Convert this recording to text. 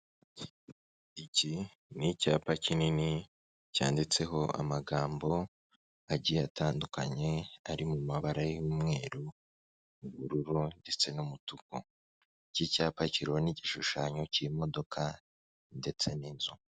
Iki ni icyapa kinini cyanditseho amagambo agiye atandukanye ari mu mabara y'umweru, ubururu ndetse n'umutuku, iki cyapa kiriho n'igishushanyo cy'imodoka ndetse n'inzu.